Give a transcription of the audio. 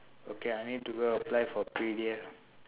okay I need to go and apply for P_D_L